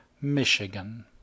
Michigan